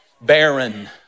Barren